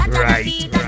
Right